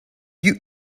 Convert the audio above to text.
you